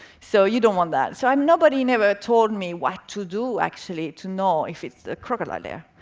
so, you don't want that. so um nobody never told me what to do, actually, to know if it's the crocodile there.